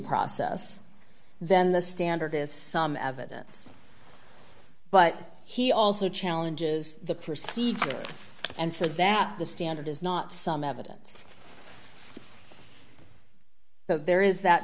process then the standard is some evidence but he also challenges the proceed and said that the standard is not some evidence that there is that